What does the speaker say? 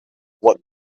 what